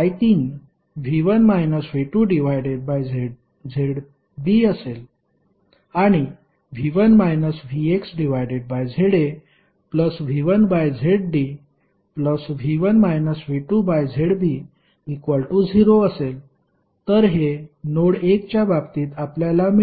I3 V1 V2ZB असेल आणि V1 VxZAV1ZDV1 V2ZB0 असेल तर हे नोड 1 च्या बाबतीत आपल्याला मिळेल